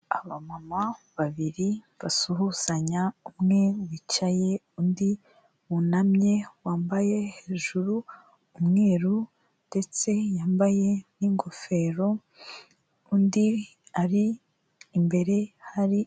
Abamama babiri basuhuzanya, umwe wicaye undi wunamye wambaye hejuru umweru ndetse yambaye n'ingofero, undi ari imbere hari...